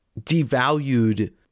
devalued